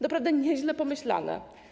Naprawdę nieźle pomyślane.